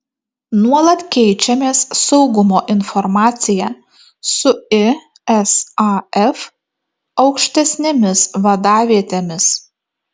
nuolat keičiamės saugumo informacija su isaf aukštesnėmis vadavietėmis